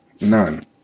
None